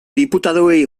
diputatuei